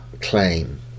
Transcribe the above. claim